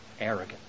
Arrogant